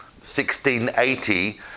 1680